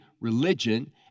religion